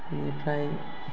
बिनिफ्राय